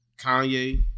Kanye